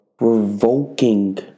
revoking